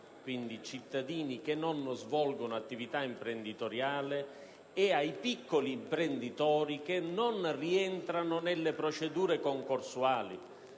quindi ai cittadini che non svolgono attività imprenditoriale, e ai piccoli imprenditori che non rientrano nelle procedure concorsuali.